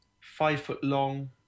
five-foot-long